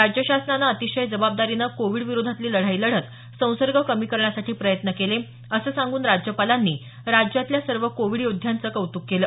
राज्य शासनानं अतिशय जबाबदारीनं कोविड विरोधातली लढाई लढत संसर्ग कमी करण्यासाठी प्रयत्न केले असं सांगून राज्यपालांनी राज्यातल्या सर्व कोविड योद्ध्यांचं कौतुक केलं